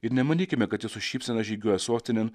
ir nemanykime kad jis su šypsena žygiuoja sostinėn